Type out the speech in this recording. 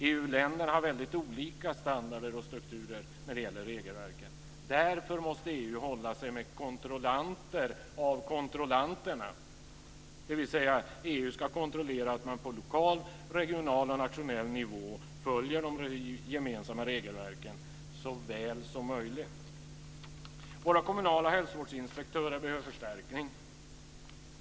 EU-länderna har väldigt olika standarder och strukturer när det gäller regelverken. Därför måste EU hålla sig med kontrollanter av kontrollanterna, dvs. EU ska kontrollera att man på lokal, regional och nationell nivå följer de gemensamma regelverken så väl som möjligt. Våra kommunala hälsovårdsinspektörer behöver förstärkning.